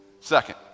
Second